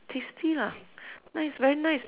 tasty lah nice very nice